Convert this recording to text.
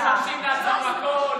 הם מבקשים לעצמם הכול,